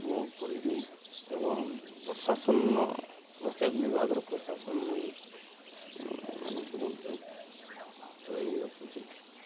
ମୁଁ କହିବି ଏବଂ ପ୍ରଶାସନ ପ୍ରତ୍ୟେକ ବିଭାଗର ପ୍ରଶାସନ ମାନଙ୍କୁ ମଧ୍ୟ କହି ରଖୁଛି